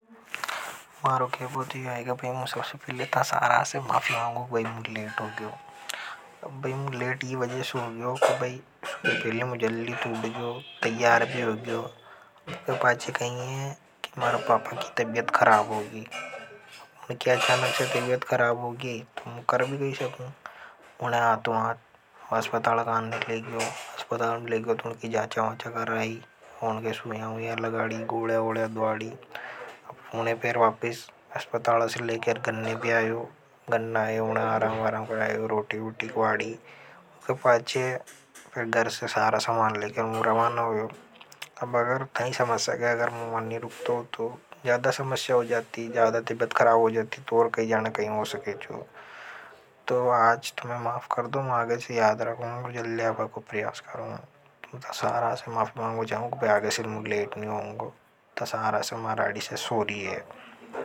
मारो खेबो तो यो है कि भई सबस पहले तासारा से माफियां मांगू की बाई मु लेट हो गयो। बाई मुझे लेट यही वज़े सो गयो को भाई पहले मु जल्दी तो उठ गयो तैयार भी हो गयो। उनके पाँचे कही है कि मारा पापा की तबियत खराब होगी। उनकी अच्छानक से तबियत खराब होगी तुम कर भी कही सको। उन्हें आतों आत अस्पताल कहाने लेगियो। अस्पताल में लेगियो तो उनकी जांचाा ओंचा कराय। उनके सुइयां लगाड़ी गोलियांद्वाड़ी उन्हें फिर वापिस अस्पताल से लेकर घर ने भी आयो उन्हें आराम-आराम करायो। रोटी- ख्वाड़ी तो पाचे फिर दर से सारा सामान लेकर उन्हें रवान हो यों अब अगर था इस समस्या का अगर। उन्हें रुकते हो तो ज्यादा समस्या हो जाती ज्यादा तिव्यत्व खराब हो जाती तो और कहीं जाना कहीं हो सके चो। है तो आज तुम्हें माफ कर दो मांग से याद रखोगा जल्दी आबा को प्रयास करुंगू था सारा से माफी मांगबूं छवि की आगे से मु लेट नी होगू।